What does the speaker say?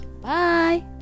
Bye